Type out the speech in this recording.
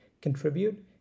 contribute